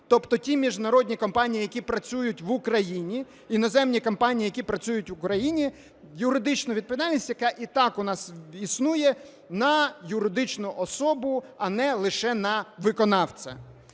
тобто ті міжнародні компанії, які працюють в Україні, іноземні компанії, які працюють в Україні, юридичну відповідальність, яка і так у нас існує, на юридичну особу, а не лише на виконавця.